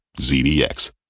ZDX